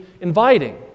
inviting